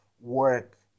work